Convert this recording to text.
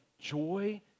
joy